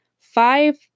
Five